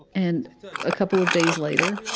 and a couple of days later,